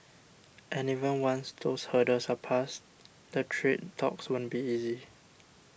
and even once those hurdles are passed the trade talks won't be easy